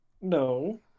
No